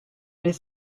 aller